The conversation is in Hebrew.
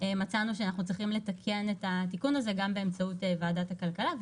מצאנו שאנחנו צריכים לתקן את התיקון הזה גם באמצעות ועדת הכלכלה,